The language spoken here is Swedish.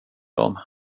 dem